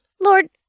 Lord